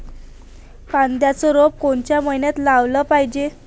कांद्याचं रोप कोनच्या मइन्यात लावाले पायजे?